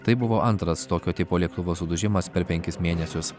tai buvo antras tokio tipo lėktuvo sudužimas per penkis mėnesius